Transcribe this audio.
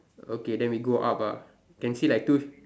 okay then we go up ah can see like two